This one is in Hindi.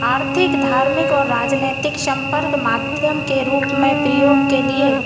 आर्थिक धार्मिक और राजनीतिक संपर्क माध्यम के रूप में प्रयोग के लिए